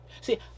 see